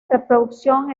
reproducción